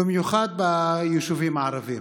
במיוחד ביישובים הערביים.